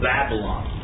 Babylon